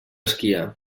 esquiar